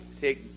take